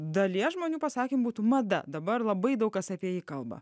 dalies žmonių pasakymu būtų mada dabar labai daug kas apie jį kalba